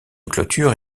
clôture